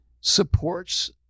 supports